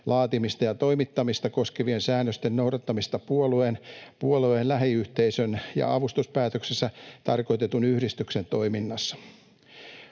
laatimista ja toimittamista koskevien säännösten noudattamista puolueen, puolueen lähiyhteisön ja avustuspäätöksessä tarkoitetun yhdistyksen toiminnassa.